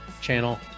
Channel